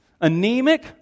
anemic